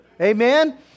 Amen